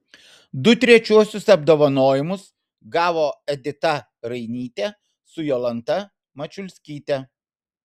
du trečiuosius apdovanojimus gavo edita rainytė su jolanta mačiulskyte